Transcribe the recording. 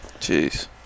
Jeez